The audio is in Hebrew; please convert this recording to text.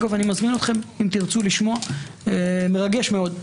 אגב אני מזמין אתכם לשמוע, מרגש מאוד.